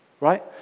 right